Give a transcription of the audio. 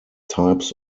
types